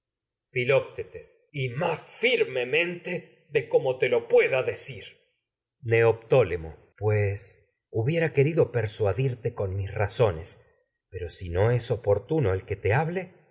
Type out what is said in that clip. has decidido más firmemente y de como te lo pue decir neoptólemo pues hubiera mis querido persuadirte con el que razones pero si no es oportuno te hable